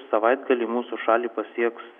savaitgalį mūsų šalį pasieks